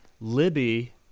Libby